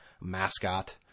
mascot